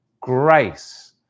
grace